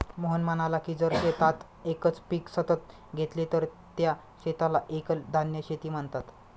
मोहन म्हणाला की जर शेतात एकच पीक सतत घेतले तर त्या शेताला एकल धान्य शेती म्हणतात